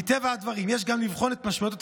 מטבע הדברים יש גם לבחון את המשמעויות התקציביות.